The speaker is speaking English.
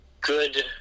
good